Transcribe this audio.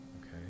okay